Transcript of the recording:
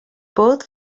both